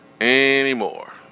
anymore